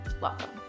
Welcome